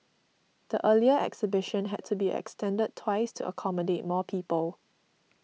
the earlier exhibition had to be extended twice to accommodate more people